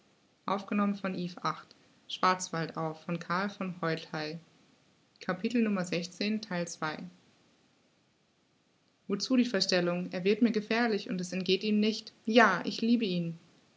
wozu die verstellung er wird mir gefährlich und das entgeht ihm nicht ja ich liebe ihn